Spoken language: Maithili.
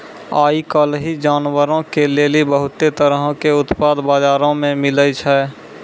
आइ काल्हि जानवरो के लेली बहुते तरहो के उत्पाद बजारो मे मिलै छै